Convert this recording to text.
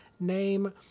name